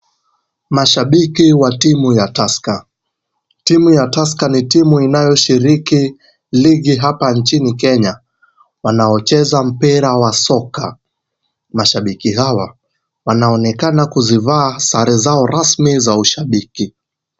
Mashabiki wa timu ya Tusker. Timu ya Tusker ni timu inayoshiriki ligi hapa nchini Kenya wanaocheza mpira wa soka. Mashabiki hawa wanaonekana kuzivaa sare zao rasmi za ushabiki.